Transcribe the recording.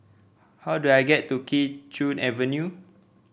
how do I get to Kee Choe Avenue